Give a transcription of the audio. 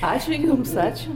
ačiū jums ačiū